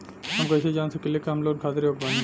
हम कईसे जान सकिला कि हम लोन खातिर योग्य बानी?